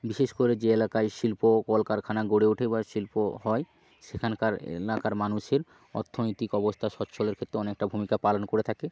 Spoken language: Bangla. বিশেষ করে যে এলাকায় শিল্প কলকারখানা গড়ে ওঠে বা শিল্প হয় সেখানকার এনাকার মানুষের অত্থনৈতিক অবস্তা সচ্ছলের ক্ষেত্রে অনেকটা ভূমিকা পালন করে থাকে